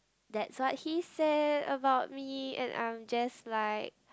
that's what he said about me and I'm just like